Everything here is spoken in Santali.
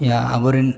ᱭᱟ ᱟᱵᱚ ᱨᱮᱱ